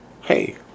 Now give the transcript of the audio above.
Hey